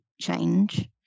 change